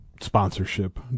sponsorship